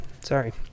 Sorry